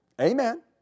Amen